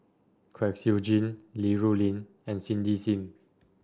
Kwek Siew Jin Li Rulin and Cindy Sim